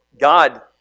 God